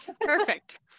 perfect